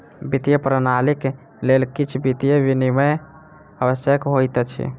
वित्तीय प्रणालीक लेल किछ वित्तीय विनियम आवश्यक होइत अछि